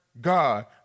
God